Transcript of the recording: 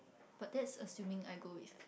but that's assuming I go with